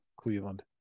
Cleveland